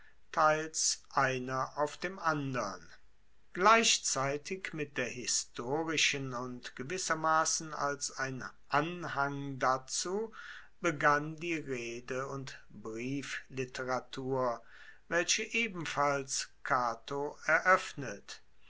teils einer auf dem andern gleichzeitig mit der historischen und gewissermassen als ein anhang dazu begann die rede und briefliteratur welche ebenfalls cato eroeffnet